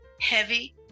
heavy